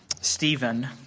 Stephen